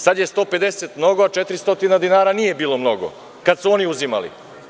Sada je 150 mnogo, a 400 dinara nije bilo mnogo kad su oni uzimali.